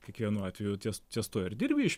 kiekvienu atveju ties ties tuo ir dirbi iš